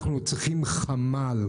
אנחנו צריכים חמ"ל,